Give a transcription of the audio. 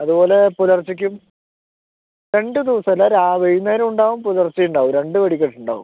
അതുപോലെ പുലർച്ചക്കും രണ്ടു ദിവസമല്ല വൈകുന്നേരവും ഉണ്ടാകും പുലർച്ചയും ഉണ്ടാകും രണ്ടു വെടിക്കെട്ട് ഉണ്ടാകും